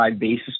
basis